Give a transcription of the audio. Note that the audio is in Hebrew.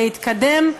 להתקדם,